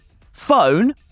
phone